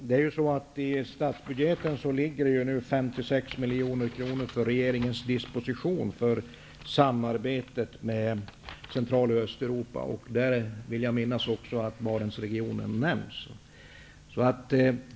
Herr talman! I statsbudgeten ligger nu 56 miljoner kronor till regeringens disposition för samarbetet med Central och Östeuropa. Jag vill minnas att även Barentsregionen nämns där.